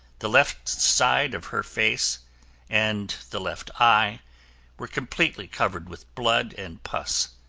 the left side of her face and the left eye were completely covered with blood and pus,